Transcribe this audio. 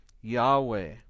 Yahweh